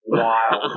wow